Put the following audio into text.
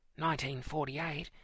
1948